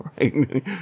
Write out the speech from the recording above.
right